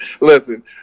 listen